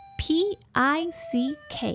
pick